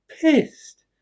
pissed